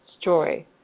story